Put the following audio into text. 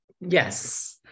yes